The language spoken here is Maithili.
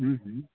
हुँ हुँ